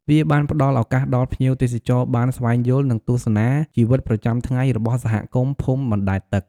វាបានផ្តល់ឱកាសដល់ភ្ញៀវទេសចរបានស្វែងយល់ និងទស្សនាជីវិតប្រចាំថ្ងៃរបស់សហគមន៍ភូមិបណ្ដែតទឹក។